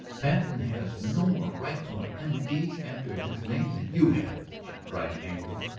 patten has no more right to an m d. after his name than you have, she cried angrily.